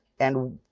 and